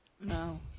no